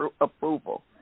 approval